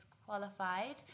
qualified